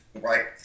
right